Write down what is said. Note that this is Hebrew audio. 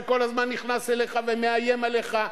שכל הזמן נכנס אליך ומאיים עליך.